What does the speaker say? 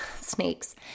snakes